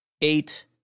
eight